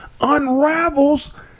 unravels